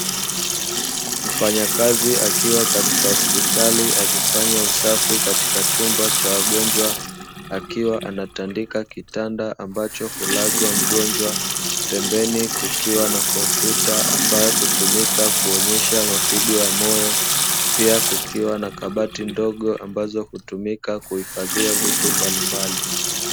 Mfanyakazi akiwa katika hospitali akifanya usafi katika chumba cha wagonjwa akiwa anatandika kitanda ambacho hulazwa mgonjwa, pembeni kukiwa na kompyuta ambayo hutumika kuonyesha mapigo ya moyo pia kukiwa na kabati ndogo ambazo hutumika kuhifadhia vitu mbalimbali.